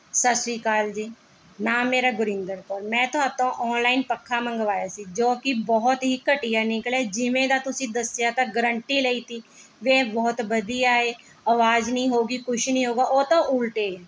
ਸਤਿ ਸ਼੍ਰੀ ਅਕਾਲ ਜੀ ਨਾਮ ਮੇਰਾ ਗੁਰਿੰਦਰ ਕੌਰ ਮੈਂ ਤੁਹਾਡੇ ਤੋਂ ਔਨਲਾਈਨ ਪੱਖਾ ਮੰਗਵਾਇਆ ਸੀ ਜੋ ਕਿ ਬਹੁਤ ਹੀ ਘਟੀਆ ਨਿੱਕਲਿਆ ਜਿਵੇਂ ਦਾ ਤੁਸੀਂ ਦੱਸਿਆ ਤਾਂ ਗਰੰਟੀ ਲਈ ਸੀ ਵੀ ਬਹੁਤ ਵਧੀਆ ਏ ਆਵਾਜ਼ ਨਹੀਂ ਹੋਵੇਗੀ ਕੁਝ ਨਹੀਂ ਹੋਵੇਗਾ ਉਹ ਤਾਂ ਉਲਟਾ ਹੈ